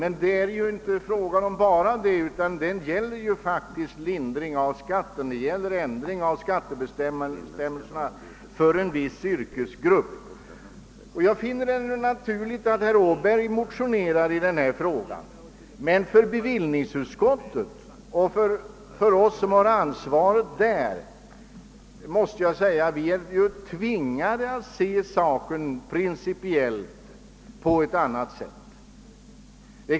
Men, herr Åberg, det gäller faktiskt frågan om en ändring av skattebestämmelserna för en viss yrkesgrupp. Jag finner det naturligt att herr Åberg motionerar i denna fråga. Men vi inom bevillningsutskottet som har ansvaret är tvingade att se saken principiellt.